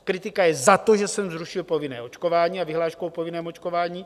Kritika je za to, že jsem zrušil povinné očkování a vyhlášku o povinném očkování.